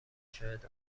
شاید